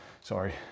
Sorry